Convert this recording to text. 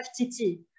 FTT